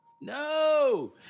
No